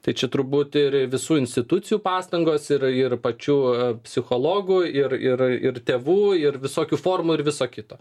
tai čia turbūt ir ir visų institucijų pastangos ir ir pačių psichologų ir ir ir tėvų ir visokių formų ir viso kito